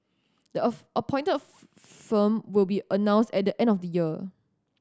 the of appointed firm will be announced at the end of the year